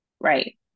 right